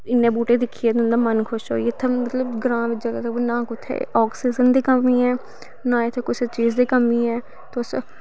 इन्ने बूह्टे दिक्खियै तुंदा मन खुश होइया इत्थें मतलव ग्रांऽ च जगह जगह ना कुतै आक्सीज़न दी कमी ऐ ना इत्थै कुसै चीज़ दी कमी ऐ तुस